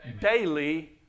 daily